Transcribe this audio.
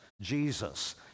jesus